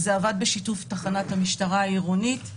זה עבד בשיתוף תחנת המשטרה העירונית.